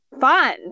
fun